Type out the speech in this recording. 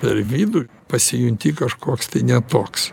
per vidų pasijunti kažkoks tai ne toks